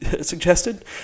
suggested